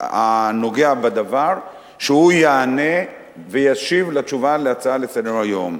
הנוגע בדבר שהוא יענה וישיב על הצעה לסדר-היום,